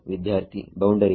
ವಿದ್ಯಾರ್ಥಿಬೌಂಡರಿಗಳು